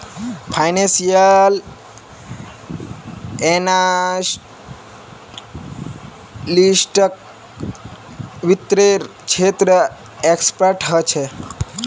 financial analyst वित्त्तेर क्षेत्रत expert ह छे